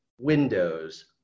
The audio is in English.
windows